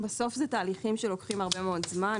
בסוף אלה תהליכים שלוקחים הרבה מאוד זמן.